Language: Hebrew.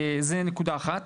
זו נקודה אחת.